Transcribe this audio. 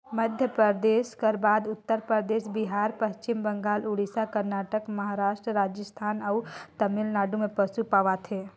मध्यपरदेस कर बाद उत्तर परदेस, बिहार, पच्छिम बंगाल, उड़ीसा, करनाटक, महारास्ट, राजिस्थान अउ तमिलनाडु में पसु पवाथे